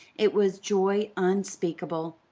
it was joy unspeakable.